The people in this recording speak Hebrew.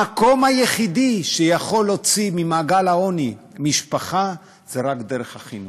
המקום היחידי שיכול להוציא ממעגל העוני משפחה זה רק דרך החינוך.